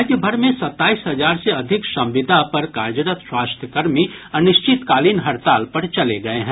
राज्य भर में सत्ताईस हजार से अधिक संविदा पर कार्यरत स्वास्थ्य कर्मी अनिश्चितकालीन हड़ताल पर चले गये हैं